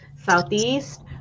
Southeast